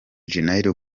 janeiro